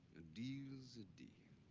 a deal's a deal.